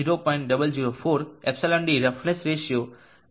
004 ε d roughness ratio 0